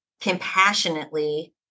compassionately